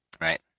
Right